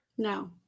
No